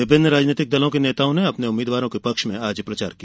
विभिन्न राजनीतिक दलों के नेताओं ने अपने उम्मीदवारों के पक्ष में आज प्रचार किया